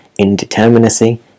indeterminacy